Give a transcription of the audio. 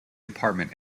apartment